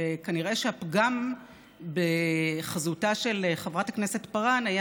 וכנראה הפגם בחזותה של חברת הכנסת פארן היה